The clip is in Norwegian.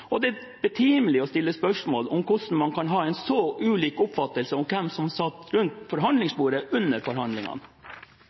Det er betimelig å stille spørsmål om hvordan man kan ha så ulik oppfattelse om hvem som satt rundt